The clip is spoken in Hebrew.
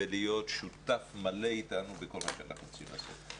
ולהיות שותף מלא איתנו בכל מה שאנחנו רוצים לעשות.